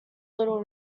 little